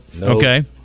Okay